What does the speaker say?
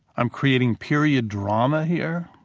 i'm creating period drama here.